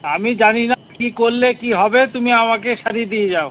আমি জানি না কী করলে কী হবে তুমি আমাকে সারিয়ে দিয়ে যাও